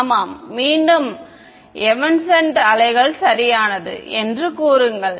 ஆமாம் மீண்டும் எவனெஸ்ஸ்ண்ட் அலைகள் சரியானது என்று கூறுங்கள்